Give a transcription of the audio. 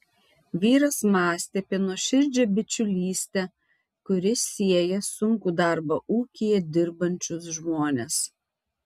vyras mąstė apie nuoširdžią bičiulystę kuri sieja sunkų darbą ūkyje dirbančius žmones